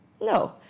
No